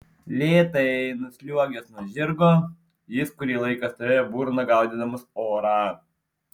lėtai nusliuogęs nuo žirgo jis kurį laiką stovėjo burna gaudydamas orą